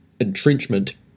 entrenchment